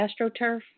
AstroTurf